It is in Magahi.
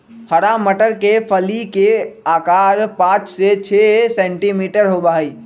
हरा मटर के फली के आकार पाँच से छे सेंटीमीटर होबा हई